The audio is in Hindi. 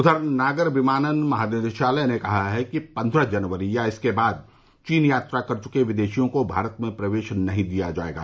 उधर नागर विमानन महानिदेशालय ने कहा है कि पन्द्रह जनवरी या इसके बाद चीन यात्रा कर चुके विदेशियों को भारत में प्रवेश नहीं दिया जाएगा